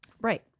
Right